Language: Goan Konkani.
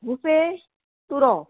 बुके तुरो